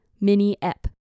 mini-ep